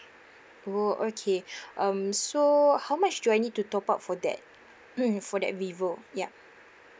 oh okay um so how much do I need to top up for that for that vivo yup